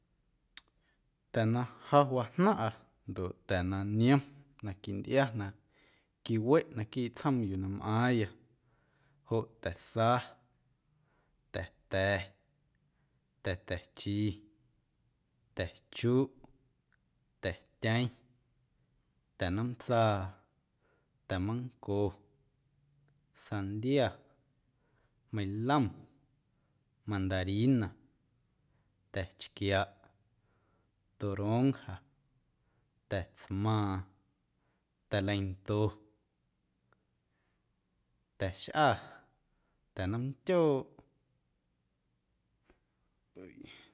Ta̱ ja wajnaⁿꞌa ndoꞌ ta̱ na niom na quintꞌia quiweꞌ naquiiꞌ tsjoom yuu na mꞌaaⁿya joꞌ ta̱sa, ta̱ta̱, ta̱ta̱ chi, ta̱chuꞌ, ta̱tyeⁿ, ta̱nomntsaa, ta̱manco, sandia, meilom, mandarina, ta̱chquiaꞌ, toronja, ta̱tsmaaⁿ, ta̱leinto, ta̱xꞌa, ta̱nomntyooꞌ.